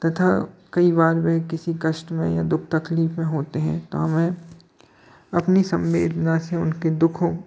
तथा कई बार वे किसी कष्ट में या दुख तकलीफ़ में होते हैं तो हमें अपनी संवेदना से उनके दुखों